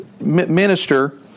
minister